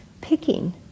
picking